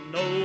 no